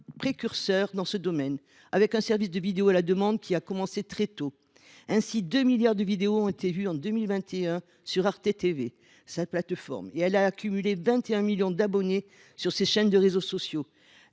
précurseur dans ce domaine avec un service de vidéo à la demande qui a commencé très tôt. Ainsi, 2 milliards de vidéos ont été vues en 2021 sur sa plateforme Arte.tv. Elle a accumulé 21 millions d’abonnés sur ses chaînes de réseaux sociaux.